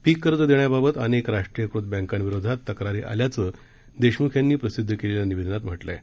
पीककर्ज देण्याबाबत अनेक राष्ट्रीयकृत बँकाविरोधात तक्रारी आल्याचं देशमुख यांनी प्रसिदध केलेल्या निवेदनात म्हटलं आहे